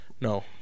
No